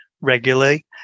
regularly